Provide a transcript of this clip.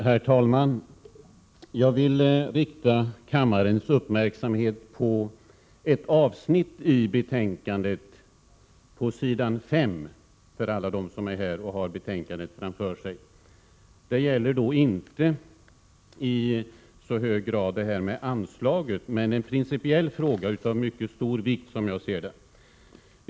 Herr talman! Jag vill rikta kammarens uppmärksamhet på ett avsnitt i betänkandet. För alla som är här och har betänkandet framför sig vill jag säga att det är på s. 5. Det gäller inte så mycket anslaget, men det är en principiell fråga av mycket stor vikt, som jag ser det.